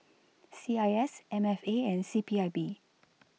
C I S M F A and C P I B